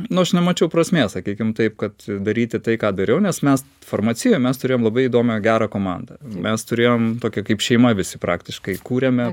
nu aš nemačiau prasmės sakykim taip kad daryti tai ką dariau nes mes farmacijoj mes turėjom labai įdomią gerą komandą mes turėjom tokią kaip šeima visi praktiškai kūrėme